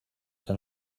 que